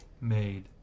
made